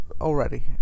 already